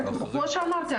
כמו שאמרתי,